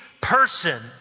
person